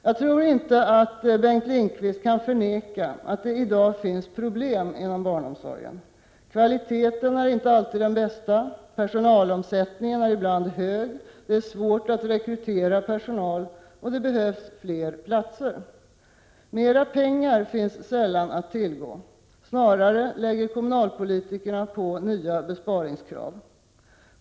Jag tror inte att Bengt Lindqvist kan förneka att det i dag finns problem inom barnomsorgen: kvaliteten är inte alltid den bästa, personalomsättningen är ibland hög, det är svårt att rekrytera personal och det behövs fler platser. Mer pengar finns sällan att tillgå. Snarare lägger kommunalpolitikerna på nya besparingskrav.